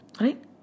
Right